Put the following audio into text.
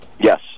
yes